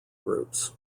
groups